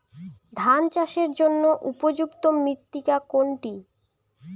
ধান চাষের জন্য উপযুক্ত মৃত্তিকা কোনটি?